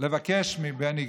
לבקש מבני גנץ,